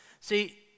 See